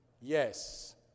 Yes